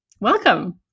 Welcome